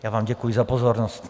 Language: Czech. Já vám děkuji za pozornost.